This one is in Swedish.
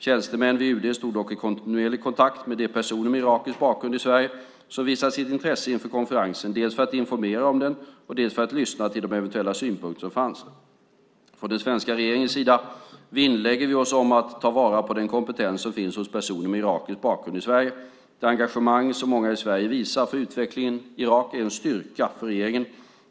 Tjänstemän vid UD stod dock i kontinuerlig kontakt med de personer med irakisk bakgrund i Sverige som visade sitt intresse inför konferensen, dels för att informera om konferensen, dels för att lyssna till de eventuella synpunkter som fanns. Från den svenska regeringens sida vinnlägger vi oss om att ta vara på den kompetens som finns hos personer med irakisk bakgrund i Sverige. Det engagemang som många i Sverige visar för utvecklingen i Irak är en styrka för regeringen.